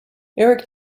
eric